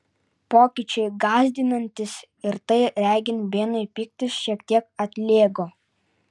pokyčiai gąsdinantys ir tai regint benui pyktis šiek tiek atlėgo